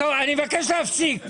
אני מבקש להפסיק.